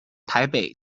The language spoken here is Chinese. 台北